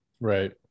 Right